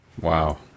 Wow